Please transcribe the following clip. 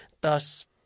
Thus